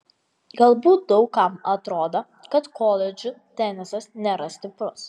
galbūt daug kam atrodo kad koledžų tenisas nėra stiprus